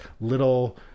little